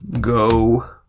go